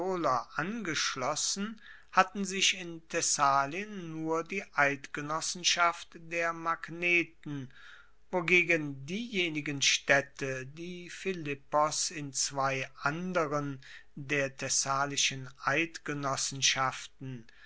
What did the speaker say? angeschlossen hatte sich in thessalien nur die eidgenossenschaft der magneten wogegen diejenigen staedte die philippos in zwei anderen der thessalischen eidgenossenschaften